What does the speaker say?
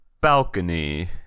balcony